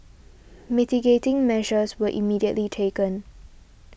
mitigating measures were immediately taken